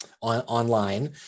online